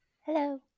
Hello